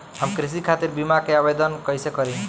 हम कृषि खातिर बीमा क आवेदन कइसे करि?